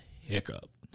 hiccup